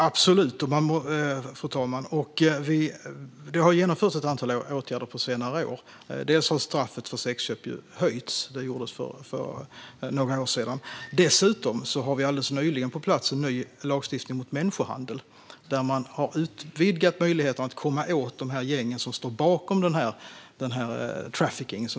Fru talman! Ja, absolut! Det har ju genomförts ett antal åtgärder på senare år. Dels har straffet för sexköp höjts. Det gjordes för några år sedan. Dels har vi alldeles nyligen fått på plats en ny lagstiftning mot människohandel, där man har vidgat möjligheterna att komma åt de gäng som står bakom trafficking.